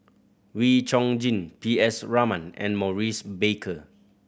Wee Chong Jin P S Raman and Maurice Baker